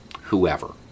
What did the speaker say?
whoever